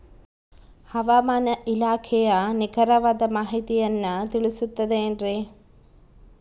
ಹವಮಾನ ಇಲಾಖೆಯ ನಿಖರವಾದ ಮಾಹಿತಿಯನ್ನ ತಿಳಿಸುತ್ತದೆ ಎನ್ರಿ?